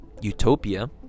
utopia